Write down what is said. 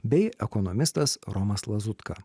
bei ekonomistas romas lazutka